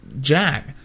Jack